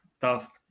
tough